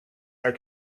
are